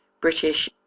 British